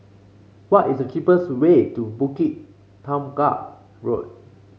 what is the cheapest way to Bukit Tunggal Road